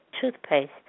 toothpaste